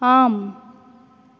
ஆம்